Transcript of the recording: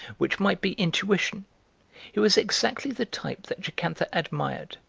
which might be intuition he was exactly the type that jocantha admired,